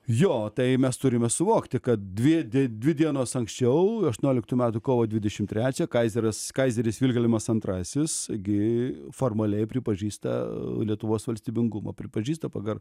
jo tai mes turime suvokti kad dvi di dvi dienos anksčiau aštuonioliktų metų kovo dvidešim trečią kaizeras kaizeris vilhelmas antrasis gi formaliai pripažįsta lietuvos valstybingumą pripažįsta pagar